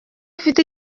ufite